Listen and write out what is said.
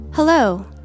Hello